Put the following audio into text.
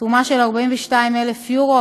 תרומה של 42,000 אירו,